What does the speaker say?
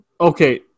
okay –